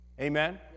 Amen